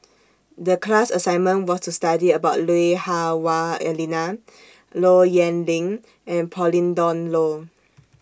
The class assignment was to study about Lui Hah Wah Elena Low Yen Ling and Pauline Dawn Loh